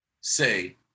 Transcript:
say